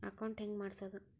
Account ಹೆಂಗ್ ಮಾಡ್ಸೋದು?